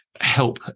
help